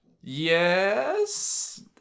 Yes